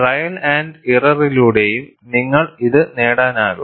trial and ഇറർറിലൂടെയും നിങ്ങൾക്ക് ഇത് നേടാനാകും